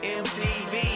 mtv